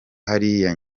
hariya